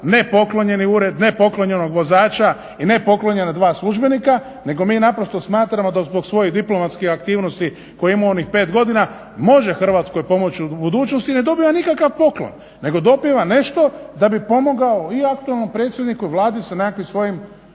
ne poklonjeni ured, ne poklonjenog vozača i ne poklonjena dva službenika nego mi naprosto smatramo da zbog svojih diplomatskih aktivnosti koje je imao u onih 5 godina može Hrvatskoj pomoći u budućnosti i ne dobiva nikakav poklon nego dobiva nešto da bi pomogao i aktualnom predsjedniku i Vladi sa nekakvim svojim